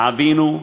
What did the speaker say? עווינו,